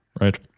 right